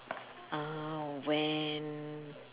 uh when